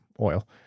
oil